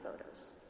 photos